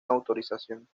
autorización